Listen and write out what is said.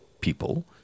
people